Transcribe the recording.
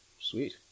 Sweet